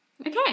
okay